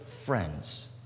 friends